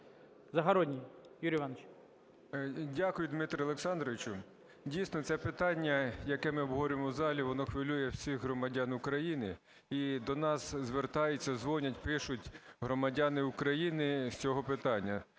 ЗАГОРОДНІЙ Ю.І. Дякую, Дмитре Олександровичу. Дійсно це питання, яке ми обговорюємо в залі, воно хвилює всіх громадян України. І до нас звертаються, дзвонять, пишуть громадяни України з цього питання.